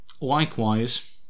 likewise